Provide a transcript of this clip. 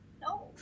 No